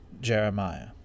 Jeremiah